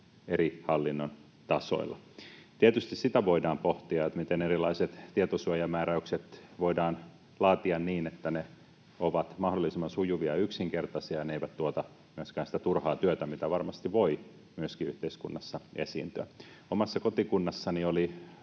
eri hallinnon tasoilla. Tietysti sitä voidaan pohtia, miten erilaiset tietosuojamääräykset voidaan laatia niin, että ne ovat mahdollisimman sujuvia ja yksinkertaisia eivätkä myöskään tuota sitä turhaa työtä, mitä varmasti voi yhteiskunnassa myöskin esiintyä. Omassa kotikunnassani oli